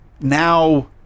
now